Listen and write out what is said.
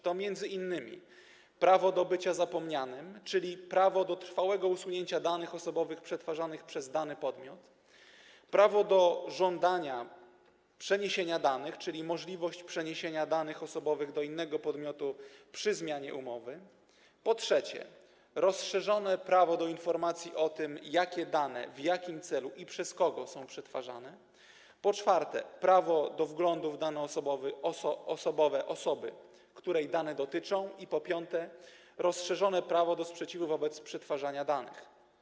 To m.in., po pierwsze, prawo do bycia zapomnianym, czyli prawo do trwałego usunięcia danych osobowych przetwarzanych przez dany podmiot, po drugie, prawo do żądania przeniesienia danych, czyli chodzi o możliwość przeniesienia danych osobowych do innego podmiotu przy zmianie umowy, po trzecie, rozszerzone prawo do informacji o tym, jakie dane, w jakim celu i przez kogo są przetwarzane, po czwarte, prawo do wglądu w dane osobowe osoby, której dane dotyczą, i po piąte, rozszerzone prawo do sprzeciwu wobec przetwarzania danych.